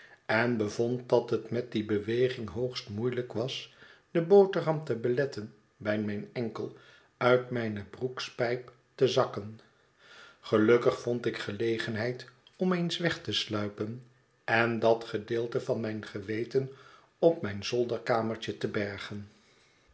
en bevond dat het met die beweging hoogst moeielyk was de boterham te beletten bij mijn enkel uit mijne broekspijp te zakken gelukkig vond ik gelegenheid om eens weg te sluipen en dat gedeelte van mijn geweten op mijn zolderkamertje te bergen